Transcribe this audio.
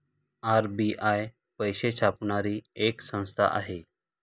RBI पैसे छापणारी एक संस्था आहे